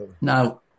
Now